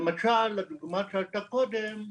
למשל, בדוגמה שעלתה כאן קודם,